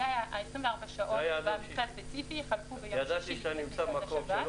זה היה 24 שעות במקרה הספציפי חלפו ביום שישי לפני כניסת השבת.